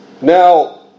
Now